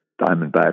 Diamondback